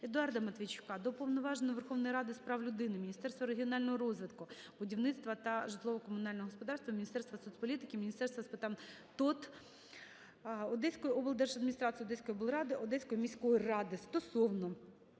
Едуарда Матвійчука до Уповноваженого Верховної Ради з прав людини, Міністерства регіонального розвитку, будівництва та житлово-комунального господарства, Міністерства соцполітики, Міністерства з питань ТОТ, Одеської облдержадміністрації, Одеської облради, Одеської міської ради стосовно